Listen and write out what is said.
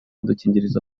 udukingirizo